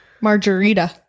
Margarita